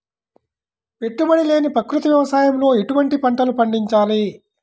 పెట్టుబడి లేని ప్రకృతి వ్యవసాయంలో ఎటువంటి పంటలు పండించాలి?